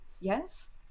Yes